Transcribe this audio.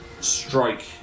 strike